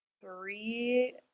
three